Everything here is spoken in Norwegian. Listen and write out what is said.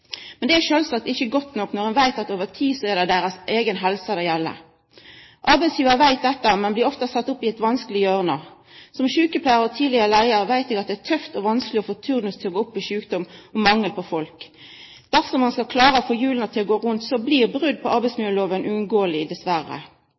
Men det er sjølvsagt ikkje godt nok når ein veit at over tid så er det deira eiga helse det gjeld. Arbeidsgjevar veit dette, men blir ofte trengd opp i eit vanskeleg hjørne. Som sjukepleiar og tidlegare leiar veit eg at det er tøft og vanskeleg å få turnus til å gå opp ved sjukdom og mangel på folk. Dersom ein skal klara å få hjula til å gå rundt, blir brot på